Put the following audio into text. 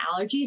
allergies